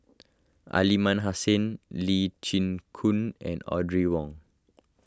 Aliman Hassan Lee Chin Koon and Audrey Wong